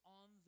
on